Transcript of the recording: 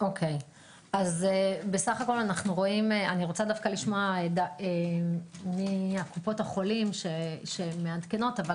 אני רוצה לשמוע מקופות החולים שמעדכנות אבל